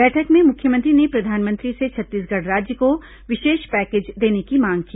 बैठक में मुख्यमंत्री ने प्रधानमंत्री से छत्तीसगढ़ राज्य को विशेष पैकेज देने की मांग की